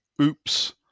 Oops